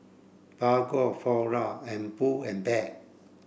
Bargo Flora and Pull and Bear